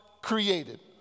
created